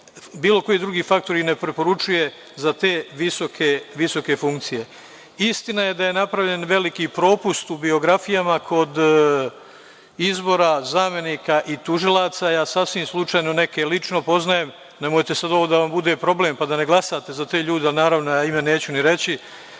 bilo koji drugi faktor koji ih ne preporučuje za te visoke funkcije. Istina je da je napravljen veliki propust u biografijama kod izbora zamenika i tužilaca. Sasvim slučajno neke lično poznajem. Nemojte sada ovo da vam bude problem, pa da ne glasate za te ljude, ali naravno, ja ime neću ni reći.